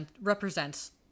represents